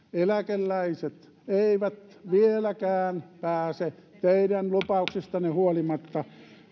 eläkeläiset eivät vieläkään pääse teidän lupauksistanne huolimatta